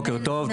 בוקר טוב,